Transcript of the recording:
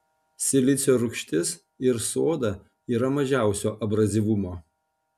silicio rūgštis ir soda yra mažiausio abrazyvumo